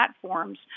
platforms